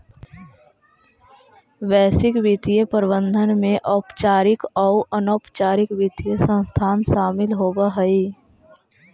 वैश्विक वित्तीय प्रबंधन में औपचारिक आउ अनौपचारिक वित्तीय संस्थान शामिल होवऽ हई